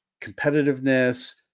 competitiveness